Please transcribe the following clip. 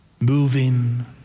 moving